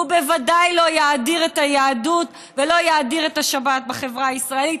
ובוודאי לא יאדיר את היהדות ולא יאדיר את השבת בחברה הישראלית.